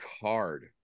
card